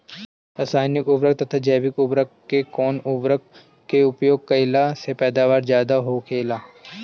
रसायनिक उर्वरक तथा जैविक उर्वरक में कउन उर्वरक के उपयोग कइला से पैदावार ज्यादा होखेला?